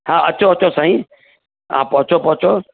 हा अचो अचो साईं हा पोइ अचो पोइ अचो